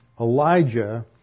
Elijah